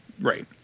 Right